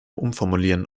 umformulieren